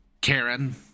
karen